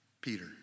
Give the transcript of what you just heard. Peter